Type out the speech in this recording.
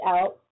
Out